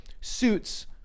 Suits